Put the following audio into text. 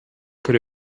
could